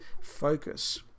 focus